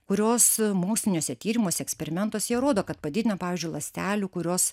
kurios moksliniuose tyrimuose eksperimentuose jie rodo kad padidina pavyzdžiui ląstelių kurios